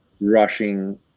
rushing